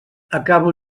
acabo